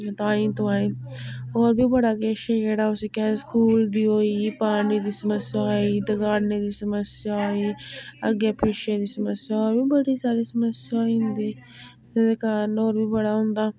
ताई तुआई होर बी बड़ा किश जेह्ड़ा उसी केह् आखदे स्कूल दी होई गेई पानी दी समस्या होई दकाने दी समस्या होई अग्गें पिच्छें दी समस्या होर बी बड़ी सारी समस्या होई जंदी जेह्दे कारण होर बी बड़ा होंदा